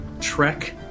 trek